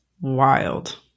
wild